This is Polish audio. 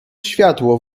światło